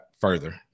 further